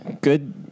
good